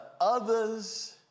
others